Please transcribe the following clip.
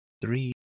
three